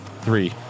three